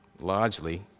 largely